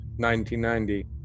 1990